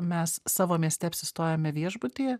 mes savo mieste apsistojome viešbutyje